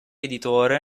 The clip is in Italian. editore